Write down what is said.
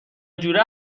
جوره